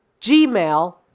gmail